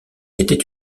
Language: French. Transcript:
était